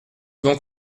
donc